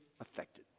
affected